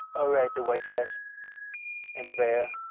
oh, right, the white dress and the veil?